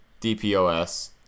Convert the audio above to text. DPOS